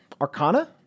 arcana